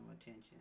attention